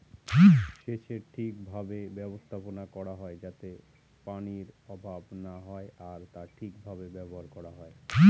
সেচের ঠিক ভাবে ব্যবস্থাপনা করা হয় যাতে পানির অভাব না হয় আর তা ঠিক ভাবে ব্যবহার করা হয়